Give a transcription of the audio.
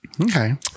Okay